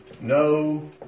no